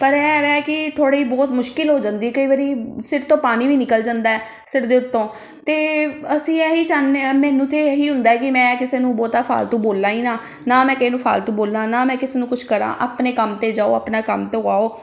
ਪਰ ਇਹ ਹੈ ਕਿ ਥੋੜ੍ਹੀ ਬਹੁਤ ਮੁਸ਼ਕਲ ਹੋ ਜਾਂਦੀ ਕਈ ਵਾਰੀ ਸਿਰ ਤੋਂ ਪਾਣੀ ਵੀ ਨਿਕਲ ਜਾਂਦਾ ਸਿਰ ਦੇ ਉੱਤੋਂ ਤਾਂ ਅਸੀਂ ਇਹੀ ਚਾਹੁੰਦੇ ਮੈਨੂੰ ਤਾਂ ਇਹੀ ਹੁੰਦਾ ਕਿ ਮੈਂ ਕਿਸੇ ਨੂੰ ਬਹੁਤਾ ਫਾਲਤੂ ਬੋਲਾਂ ਹੀ ਨਾ ਨਾ ਮੈਂ ਕਿਸੇ ਨੂੰ ਫਾਲਤੂ ਬੋਲਾਂ ਨਾ ਮੈਂ ਕਿਸੇ ਨੂੰ ਕੁਛ ਕਰਾਂ ਆਪਣੇ ਕੰਮ 'ਤੇ ਜਾਉ ਆਪਣਾ ਕੰਮ ਤੋਂ ਆਉ